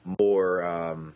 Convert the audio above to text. more –